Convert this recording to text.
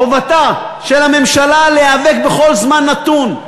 חובתה של הממשלה להיאבק בכל זמן נתון.